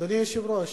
אדוני היושב-ראש,